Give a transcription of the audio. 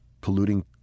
polluting